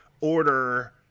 order